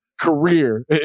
career